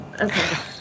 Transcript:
okay